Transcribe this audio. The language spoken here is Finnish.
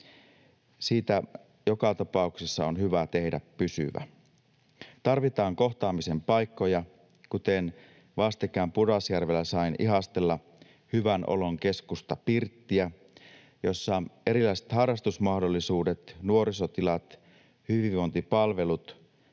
Siitä joka tapauksessa on hyvä tehdä pysyvä. Tarvitaan kohtaamisen paikkoja, kuten vastikään Pudasjärvellä sain ihastella Hyvän olon keskus Pirttiä, jossa erilaiset harrastusmahdollisuudet, nuorisotilat, hyvinvointipalvelut